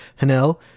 hanel